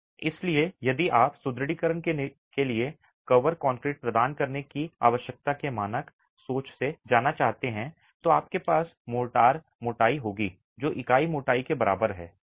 इसलिए यदि आप सुदृढीकरण के लिए कवर कंक्रीट प्रदान करने की आवश्यकता के मानक सोच से जाना चाहते हैं तो आपके पास मोर्टार मोटाई होगी जो इकाई मोटाई के बराबर है